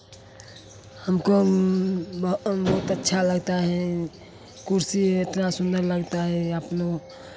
हमको बहुत अच्छा लगता है कुर्सी इतना सुंदर लगता है अपनो